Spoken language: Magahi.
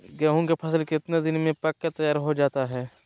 गेंहू के फसल कितने दिन में पक कर तैयार हो जाता है